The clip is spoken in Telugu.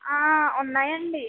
ఉన్నాయండి